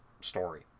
story